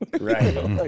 Right